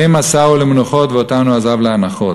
המה נסעו למנוחות ואותנו עזבו לאנחות,